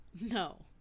No